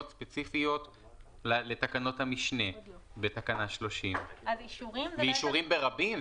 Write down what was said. ספציפיות לתקנות המשנה בתקנה 30. ואישורים ברבים?